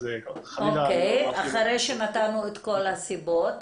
אז חלילה --- אחרי שנתנו את כל הסיבות,